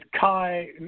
Kai